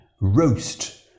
roast